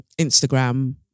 Instagram